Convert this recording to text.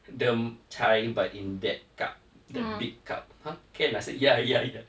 the chai but in that cup the big cup !huh! can I I say ya ya ya